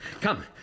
Come